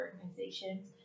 organizations